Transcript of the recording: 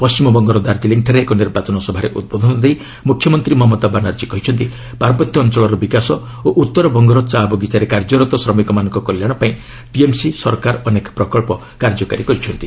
ପଶ୍ଚିମବଙ୍ଗର ଦାର୍କିଲିଂଠାରେ ଏକ ନିର୍ବାଚନ ସଭାରେ ଉଦ୍ବୋଧନ ଦେଇ ମୁଖ୍ୟମନ୍ତ୍ରୀ ମମତା ବାନାର୍ଜୀ କହିଛନ୍ତି ପାର୍ବତ୍ୟ ଅଞ୍ଚଳର ବିକାଶ ଓ ଉତ୍ତରବଙ୍ଗର ଚା' ବଗିଚାରେ କାର୍ଯ୍ୟରତ ଶ୍ରମିକମାନଙ୍କ କଲ୍ୟାଣ ପାଇଁ ଟିଏମ୍ସି ସରକାର ଅନେକ ପ୍ରକଳ୍ପ କାର୍ଯ୍ୟକାରୀ କରିଛନ୍ତି